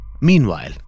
Meanwhile